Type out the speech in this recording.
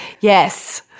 Yes